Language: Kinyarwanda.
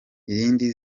irindi